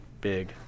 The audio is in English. big